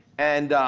and